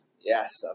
Yes